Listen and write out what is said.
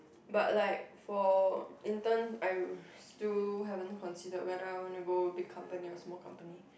but like for intern I still haven't considered whether I want to go big company or small company